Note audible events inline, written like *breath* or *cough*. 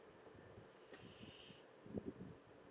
*breath*